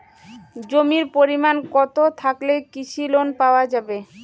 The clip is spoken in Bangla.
জমির পরিমাণ কতো থাকলে কৃষি লোন পাওয়া যাবে?